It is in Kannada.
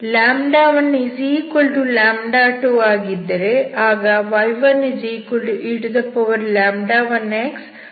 12 ಆಗಿದ್ದರೆ ಆಗ y1e1x ಆಗುತ್ತದೆ